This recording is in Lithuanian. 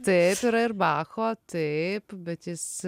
taip yra ir bacho taip bet jis